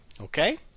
Okay